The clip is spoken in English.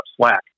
slack